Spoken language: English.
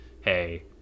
hey